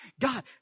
God